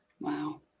wow